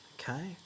okay